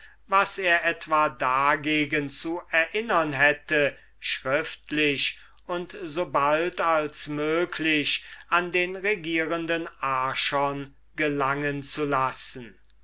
was er etwa dagegen zu erinnern hätte schriftlich und sobald als möglich an den regierenden archon gelangen zu lassen